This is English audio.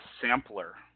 sampler